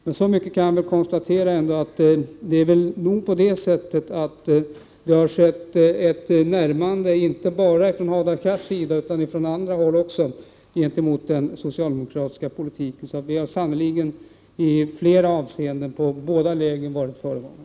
Jag kan dock konstatera att det nog har skett ett närmande, inte bara ifrån Hadar Cars sida, utan även ifrån andra håll, till den socialdemokratiska politiken. Vi har sannolikt i flera avseenden varit föregångare i båda lägren.